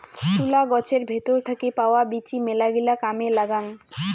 তুলা গছের ভেতর থাকি পাওয়া বীচি মেলাগিলা কামে লাগাং